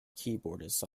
keyboardist